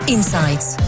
Insights